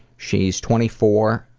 she's twenty four,